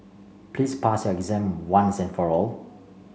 please pass your exam once and for all